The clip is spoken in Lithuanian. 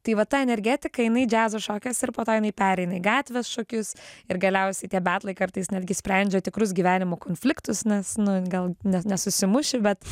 tai va ta energetika jinai džiazo šokiuos ir po to jinai pereina į gatvės šokius ir galiausiai tie betlai kartais netgi sprendžia tikrus gyvenimo konfliktus nes nu gal nes nesusimuši bet